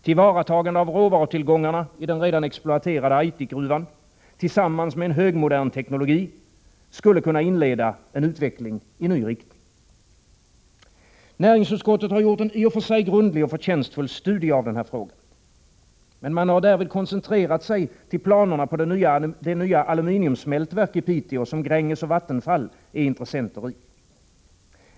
Tillvaratagande av råvarutillgångarna i den redan exploaterade Aitikgruvan tillsammans med en högmodern teknologi skulle kunna inleda en utveckling i ny riktning. Näringsutskottet har gjort en i och för sig grundlig och förtjänstfull studie av den här frågan. Men man har därvid koncentrerat sig till planerna på det nya aluminiumsmältverk i Piteå som Gränges och Vattenfall är intressenter i.